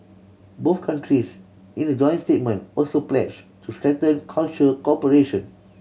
both countries in a joint statement also pledged to strengthen cultural cooperation